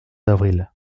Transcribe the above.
d’avril